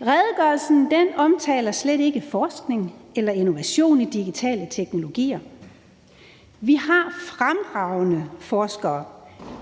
Redegørelsen omtaler slet ikke forskning eller innovation i digitale teknologier. Vi har fremragende forskere,